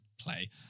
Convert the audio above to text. play